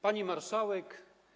Pani Marszałek!